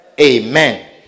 Amen